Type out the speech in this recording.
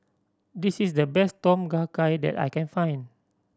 this is the best Tom Kha Gai that I can find